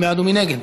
מי בעד ומי נגד?